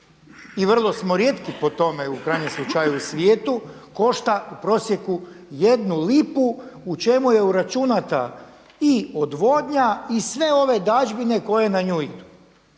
i vrlo smo rijetki po tome u krajnjem slučaju u svijetu košta u prosjeku jednu lipu u čemu je u uračunata i odvodnja i sve ove dažbine koje na nju idu.